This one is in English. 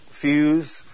fuse